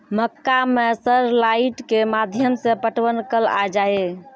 मक्का मैं sir light के माध्यम से पटवन कल आ जाए?